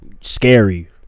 Scary